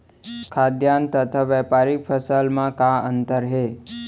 खाद्यान्न तथा व्यापारिक फसल मा का अंतर हे?